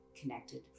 connected